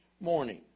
morning